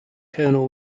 colonel